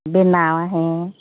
ᱵᱮᱱᱟᱣᱟ ᱦᱮᱸ